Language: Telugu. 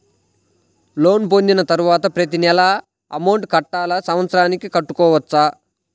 లోన్ పొందిన తరువాత ప్రతి నెల అమౌంట్ కట్టాలా? సంవత్సరానికి కట్టుకోవచ్చా?